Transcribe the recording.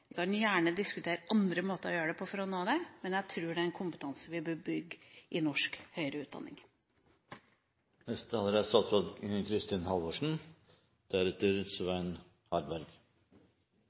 Vi kan gjerne diskutere andre måter å gjøre det på for å nå det målet, men jeg tror det er en kompetanse vi bør bygge i norsk høyere utdanning. Det er